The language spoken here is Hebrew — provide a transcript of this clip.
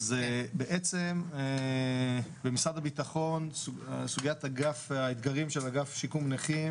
בעצם במשרד הביטחון האתגרים של אגף שיקום נכים,